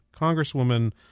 Congresswoman